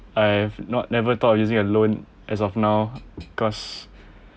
I've not never thought of using a loan as of now cause